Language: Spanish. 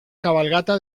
cabalgata